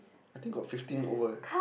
I think got fifteen over eh